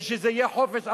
ושזה יהיה חופש.